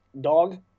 dog